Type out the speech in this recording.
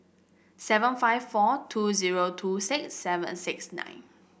seven five four two zero two six seven six nine